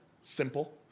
simple